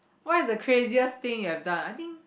what is the craziest thing you have done I think